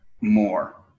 more